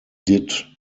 did